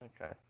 okay